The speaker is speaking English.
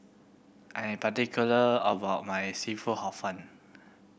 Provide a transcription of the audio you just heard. I am particular about my seafood Hor Fun